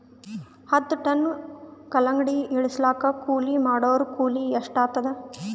ಹತ್ತ ಟನ್ ಕಲ್ಲಂಗಡಿ ಇಳಿಸಲಾಕ ಕೂಲಿ ಮಾಡೊರ ಕೂಲಿ ಎಷ್ಟಾತಾದ?